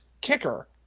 kicker